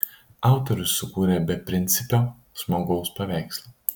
autorius sukūrė beprincipio žmogaus paveikslą